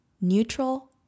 neutral